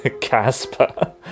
Casper